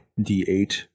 d8